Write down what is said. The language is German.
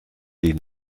die